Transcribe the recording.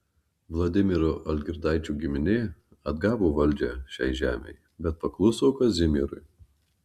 vladimiro algirdaičio giminė atgavo valdžią šiai žemei bet pakluso kazimierui